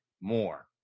more